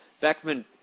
Beckman